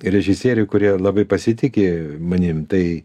režisieriai kurie labai pasitiki manim tai